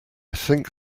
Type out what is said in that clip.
think